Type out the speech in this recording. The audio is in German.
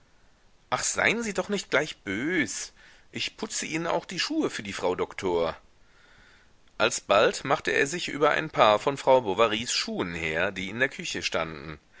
ach seien sie doch nicht gleich bös ich putze ihnen auch die schuhe für die frau doktor alsobald machte er sich über ein paar von frau bovarys schuhen her die in der küche standen